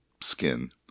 skin